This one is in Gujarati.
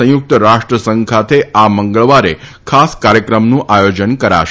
સંયુક્ત રાષ્ટ્ર સંઘ ખાતે આ મંગળવારે ખાસ કાર્યક્રમનું આયોજન કરાશે